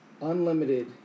unlimited